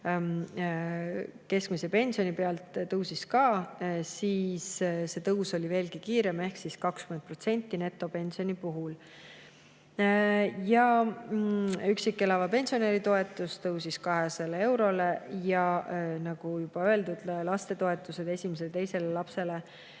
keskmise pensioni pealt tõusis ka, siis see tõus oli veelgi kiirem, ehk 20% netopensioni puhul. Üksi elava pensionäri toetus tõusis 200 eurole. Ja nagu juba öeldud, lastetoetused esimese ja teise lapse